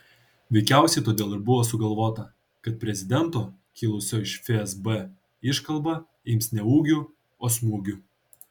veikiausiai todėl ir buvo sugalvota kad prezidento kilusio iš fsb iškalba ims ne ūgiu o smūgiu